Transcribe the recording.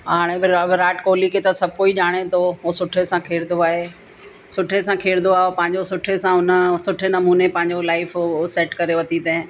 हाणे वि विराट कोहली खे त सभु कोई ॼाणे थो उहो सुठे सां खेॾंदो आहे सुठो सां खेॾंदो आहे पंहिंजो सुठे सां उन सुठे नमूने पंहिंजो लाइफ उहो सैट करे वती अथईं